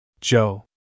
Joe